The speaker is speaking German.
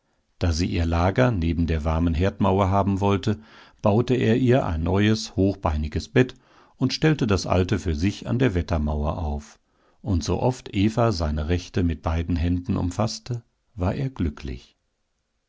da sie ihr lager neben der warmen herdmauer haben wollte baute er ihr ein neues hochbeiniges bett und stellte das alte für sich an der wettermauer auf und sooft eva seine rechte mit beiden händen umfaßte war er glücklich